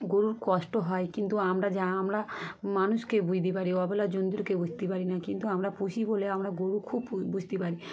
গরুর কষ্ট হয় কিন্তু আমরা যা আমরা মানুষকে বুঝতে পারি অবেলা জন্তুরকে বুঝতে পারি না কিন্তু আমরা পুষি বলে আমরা গরুর খুব বুঝতে পারি